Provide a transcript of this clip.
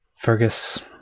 Fergus